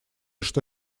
что